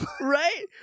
right